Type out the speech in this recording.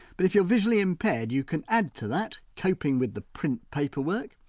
but if you're visually-impaired, you can add to that coping with the print paperwork,